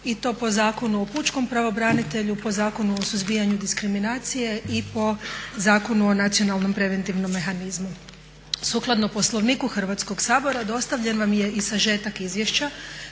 i to po Zakonu o pučkom pravobranitelju, po Zakonu o suzbijanju diskriminacije i po Zakonu o nacionalnom preventivnom mehanizmu. Sukladno Poslovniku Hrvatskog sabora dostavljen vam je i sažetak izvješća